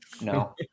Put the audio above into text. no